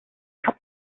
cup